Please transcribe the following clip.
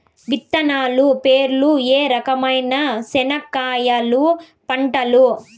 విత్తనాలు పేర్లు ఏ రకమైన చెనక్కాయలు పంటలు?